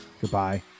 Goodbye